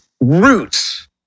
roots